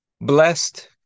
blessed